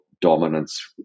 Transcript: dominance